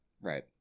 Right